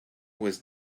was